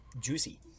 juicy